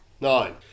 Nine